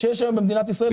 שיש היום במדינת ישראל.